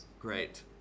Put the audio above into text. great